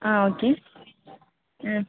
ஆ okay ம்